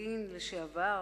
במודיעין לשעבר,